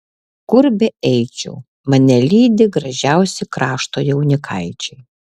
kur beeičiau mane lydi gražiausi krašto jaunikaičiai